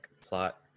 plot